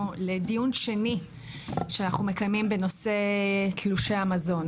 לדיון שני שאנחנו מקיימים בנושא תלושי המזון.